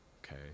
okay